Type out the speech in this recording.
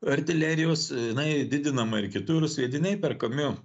artilerijos jinai didinama ir kitur sviediniai perkami